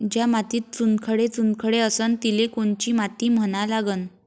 ज्या मातीत चुनखडे चुनखडे असन तिले कोनची माती म्हना लागन?